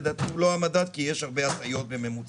לדעתי הוא לא המדד כי יש הרבה הטעיות בממוצע,